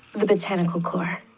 the botanical core.